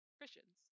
Christians